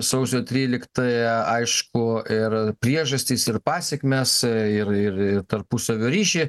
sausio tryliktąją aišku ir priežastis ir pasekmes ir ir ir tarpusavio ryšį